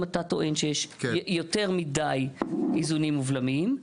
אתה טוען שיש יותר מידי איזונים ובלמים,